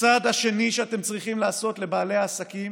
הצעד השני שאתם צריכים לעשות לבעלי העסקים